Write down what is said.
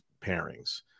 pairings